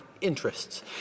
interests